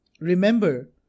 Remember